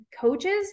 coaches